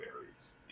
berries